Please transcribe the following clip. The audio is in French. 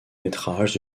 métrage